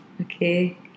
okay